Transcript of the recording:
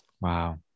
Wow